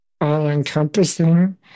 all-encompassing